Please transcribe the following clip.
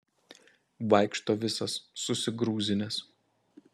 vaikšto visas susigrūzinęs